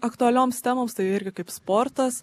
aktualioms temoms tai irgi kaip sportas